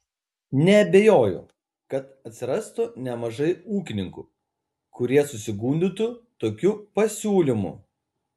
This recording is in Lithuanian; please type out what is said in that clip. neabejoju kad atsirastų nemažai ūkininkų kurie susigundytų tokiu pasiūlymu